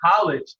college